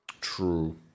true